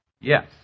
yes